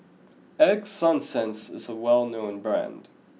Ego Sunsense is a well known brand